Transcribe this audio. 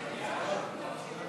מסדר-היום את הצעת חוק לתיקון פקודת